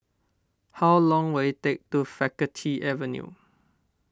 how long will it take to Faculty Avenue